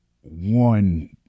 one